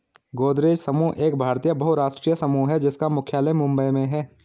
गोदरेज समूह एक भारतीय बहुराष्ट्रीय समूह है जिसका मुख्यालय मुंबई में है